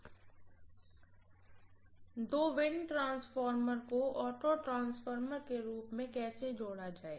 छात्र दो पवन ट्रांसफार्मर को ऑटो ट्रांसफार्मर के रूप में कैसे जोड़ा जाए